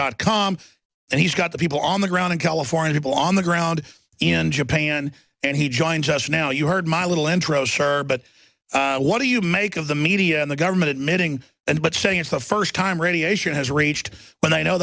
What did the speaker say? dot com and he's got the people on the ground in california on the ground in japan and he joins us now you heard my little intro sure but what do you make of the media and the government admitting and but saying it's the first time radiation has reached but i know